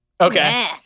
Okay